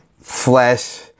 Flesh